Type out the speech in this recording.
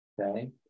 Okay